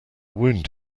wound